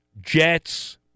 Jets